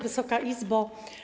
Wysoka Izbo!